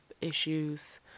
issues